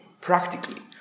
Practically